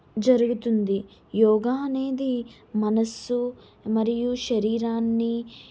జరుగుతుంది యోగ అనేది మనసు మరియు శరీరాన్ని